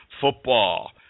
football